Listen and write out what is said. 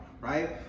right